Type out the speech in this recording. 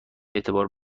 اعتبار